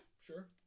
sure